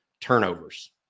turnovers